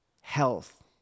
health